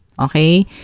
okay